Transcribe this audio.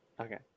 Okay